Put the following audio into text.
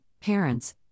parents